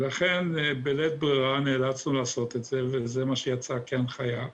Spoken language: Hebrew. לכן בלית ברירה נאלצנו לעשות את זה וזה מה שיצא כהנחיה.